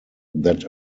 that